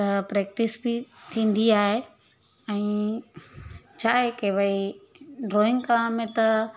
त प्रैक्टिस बि थींदी आहे ऐं छा आहे की भई ड्रॉइंग करण में त